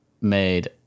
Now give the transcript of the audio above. made